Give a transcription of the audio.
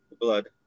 blood